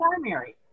primary